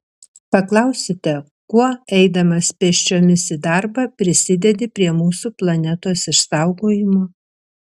paklausite kuo eidamas pėsčiomis į darbą prisidedi prie mūsų planetos išsaugojimo